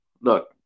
Look